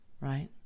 right